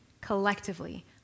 collectively